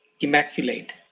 immaculate